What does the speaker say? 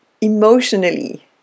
emotionally